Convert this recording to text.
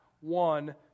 one